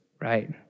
right